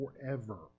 forever